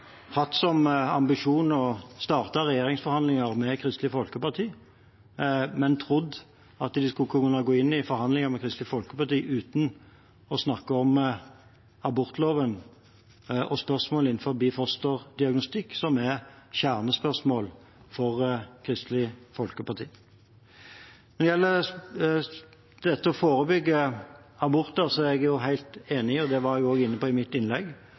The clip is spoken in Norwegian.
hatt som ambisjon å starte regjeringsforhandlinger med Kristelig Folkeparti, men trodd at de skulle kunne gå inn i forhandlinger med Kristelig Folkeparti uten å snakke om abortloven og spørsmål innen fosterdiagnostikk, som er kjernespørsmål for Kristelig Folkeparti. Når det gjelder det å forebygge aborter, er jeg helt enig, og det var jeg også inne på i mitt innlegg.